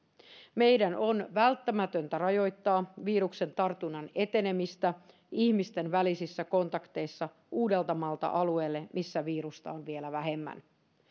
meidän on välttämätöntä rajoittaa viruksen tartunnan etenemistä ihmisten välisissä kontakteissa uudeltamaalta alueelle missä virusta on vielä vähemmän